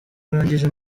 arangije